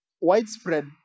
widespread